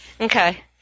Okay